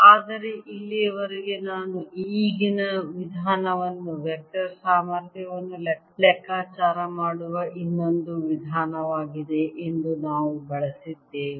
ಆದರೆ ಇಲ್ಲಿಯವರೆಗೆ ನಾನು ಈ ಈಗಿನ ವಿಧಾನವನ್ನು ವೆಕ್ಟರ್ ಸಾಮರ್ಥ್ಯವನ್ನು ಲೆಕ್ಕಾಚಾರ ಮಾಡುವ ಇನ್ನೊಂದು ವಿಧಾನವಿದೆ ಎಂದು ನಾವು ಬಳಸಿದ್ದೇವೆ